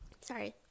sorry